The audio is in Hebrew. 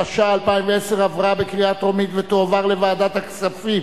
התשע"א 2010, לדיון מוקדם בוועדת הכספים